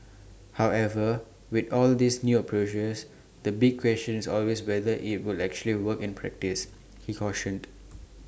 however with all these new approaches the big question is always whether IT will actually work in practice he cautioned